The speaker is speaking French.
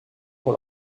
pour